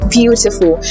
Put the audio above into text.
beautiful